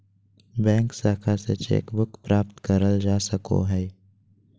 bank शाखा से cheque book प्राप्त करल जा सको हय